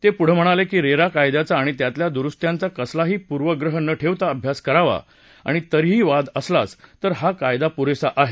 ते पुढं म्हणाले रेरा कायद्याचा आणि त्यातल्या दुरुस्त्यांचा कसलाही पूर्वप्रह न ठेवता अभ्यास करावा आणि तरीही वाद असलाच तर हा कायदा पुरेसा आहे